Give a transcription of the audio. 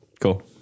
Cool